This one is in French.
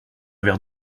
verre